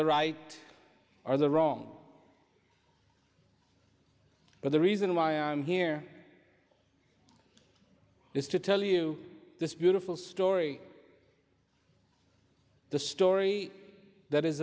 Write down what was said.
the right or the wrong but the reason why i'm here is to tell you this beautiful story the story that is